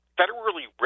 federally